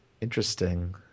Interesting